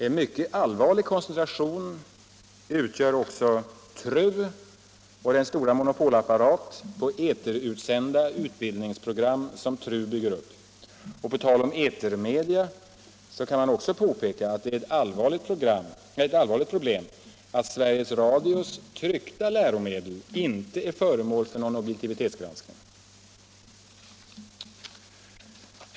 En mycket allvarlig koncentration utgör också TRU och den stora monopolapparat på eterutsända utbildningsprogram som TRU bygger på. På tal om etermedia kan man också påpeka att ett allvarligt problem är att Sveriges Radios tryckta läromedel inte är föremål för någon objektivitetsgranskning.